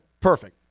perfect